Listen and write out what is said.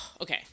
Okay